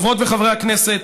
חברות וחברי הכנסת,